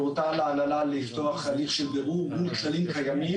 הורתה להנהלה לפתוח הליך של בירור מול כללים קיימים.